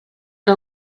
que